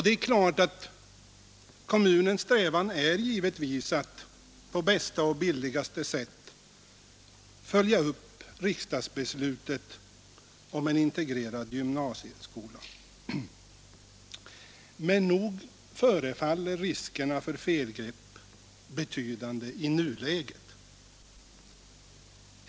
Det är klart att kommunens strävan är att på bästa och billigaste sätt följa upp riksdagsbeslutet om en integrerad gymnasieskola. Men nog förefaller riskerna för felgrepp betydande i nuläget.